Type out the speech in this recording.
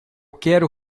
quero